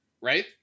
right